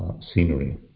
scenery